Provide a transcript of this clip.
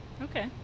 okay